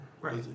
Right